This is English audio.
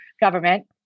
government